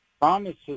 promises